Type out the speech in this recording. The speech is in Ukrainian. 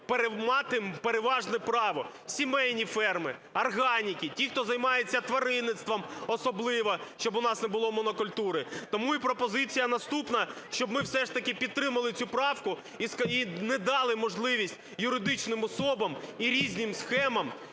мати переважне право: сімейні ферми, органіки, ті, хто займаються тваринництвом особливо, щоб у нас не було монокультури. Тому і пропозиція наступна, щоб ми все ж таки підтримали цю правку і не дали можливість юридичним особам і різним схемам